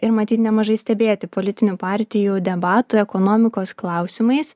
ir matyt nemažai stebėti politinių partijų debatų ekonomikos klausimais